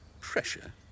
Pressure